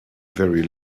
very